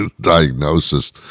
diagnosis